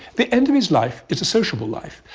the end of his life, it's a sociable life.